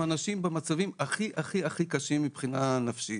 אנשים במצבים הכי הכי הכי קשים מבחינה נפשית.